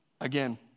again